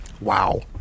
Wow